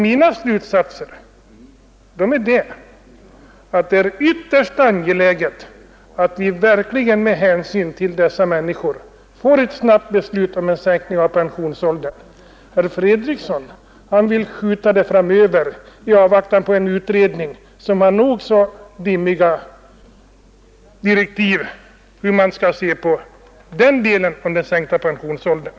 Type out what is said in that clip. Mina slutsatser är att det är ytterst angeläget att vi verkligen med hänsyn till dessa människor får ett snabbt beslut om en sänkning av pensionsåldern. Herr Fredriksson vill skjuta på saken i avvaktan på resultatet av en utredning som har nog så dimmiga direktiv om hur man skall se på frågan om den sänkta pensionsåldern.